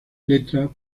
letra